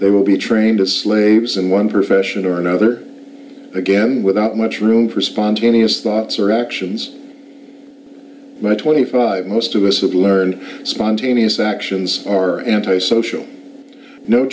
they will be trained as slaves in one profession or another again without much room for spontaneous thoughts or actions by twenty five most of us have learned spontaneous actions are anti social no